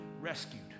rescued